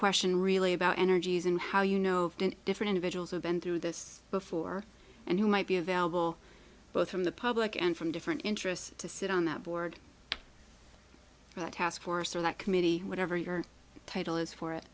question really about energies and how you know different individuals who've been through this before and who might be available both from the public and from different interests to sit on that board taskforce or that committee whatever your title is for it